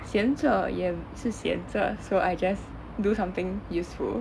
闲着也是闲着 so I just do something useful